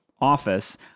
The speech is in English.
Office